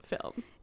film